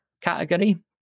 category